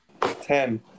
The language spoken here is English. Ten